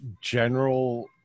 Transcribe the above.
general